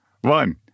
one